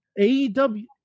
AEW